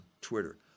Twitter